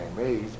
age